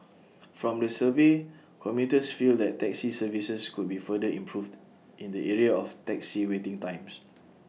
from the survey commuters feel that taxi services could be further improved in the area of taxi waiting times